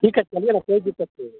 ठीक है चलिए ना कोई दिक्कत नहीं है